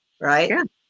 right